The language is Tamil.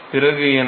பிறகு என்ன